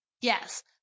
yes